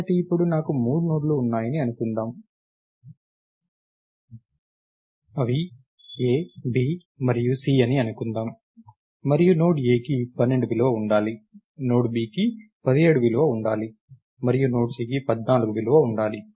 కాబట్టి ఇప్పుడు నాకు మూడు నోడ్లు ఉన్నాయని అనుకుందాం అవి A B మరియు C అని అనుకుందాం మరియు నోడ్ A కి 12 విలువ ఉండాలి నోడ్ Bకి 17 విలువ ఉండాలి మరియు నోడ్ Cకి 14 విలువ ఉండాలి